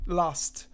last